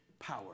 power